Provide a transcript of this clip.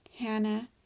Hannah